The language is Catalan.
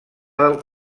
del